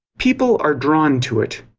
people are drawn to it,